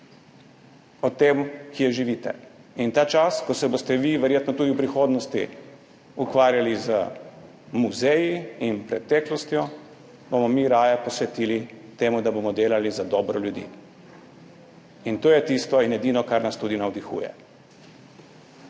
o tem, kje živite. Ta čas, ko se boste vi verjetno tudi v prihodnosti ukvarjali z muzeji in preteklostjo, bomo mi raje posvetili temu, da bomo delali za dobro ljudi. In to je tisto in edino, kar nas tudi navdihuje.